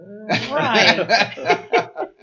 Right